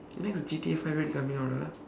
next G_T_A february coming out ah